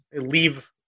leave